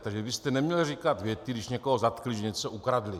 Takže byste neměl říkat věty, když někoho zatkli, že něco ukradli.